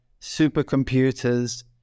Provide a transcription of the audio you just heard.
supercomputers